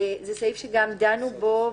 הוא סעיף שדנו בו.